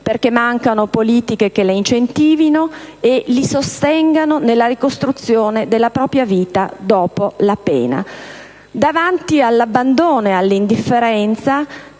perché mancano politiche che le incentivino e le sostengano nella ricostruzione della propria vita dopo la pena. Davanti all'abbandono e all'indifferenza